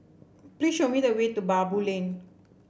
please show me the way to Baboo Lane